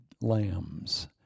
lambs